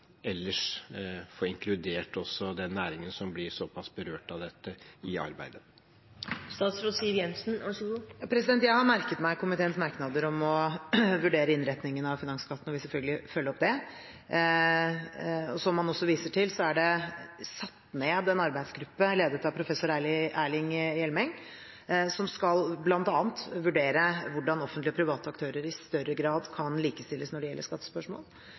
ellers få inkludert også den næringen som blir såpass berørt av dette, i arbeidet? Jeg har merket meg komiteens merknader om å vurdere innretningen av finansskatten og vil selvfølgelig følge opp det. Og som man også viser til, er det satt ned en arbeidsgruppe, ledet av professor Erling Hjelmeng, som bl.a. skal vurdere hvordan offentlige og private aktører i større grad kan likestilles når det gjelder skattespørsmål.